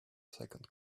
second